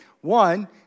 One